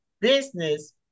business